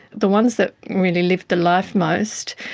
the ones that really lived the life most,